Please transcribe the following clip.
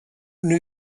new